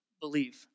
believe